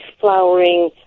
flowering